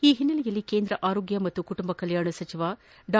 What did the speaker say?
ಈ ಹಿನ್ನೆಲೆಯಲ್ಲಿ ಕೇಂದ್ರ ಆರೋಗ್ಯ ಮತ್ತು ಕುಟುಂಬ ಕಲ್ಯಾಣ ಸಚಿವ ಡಾ